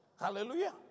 Hallelujah